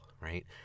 right